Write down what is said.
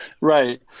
right